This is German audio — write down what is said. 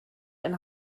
ein